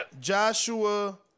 Joshua